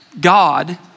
God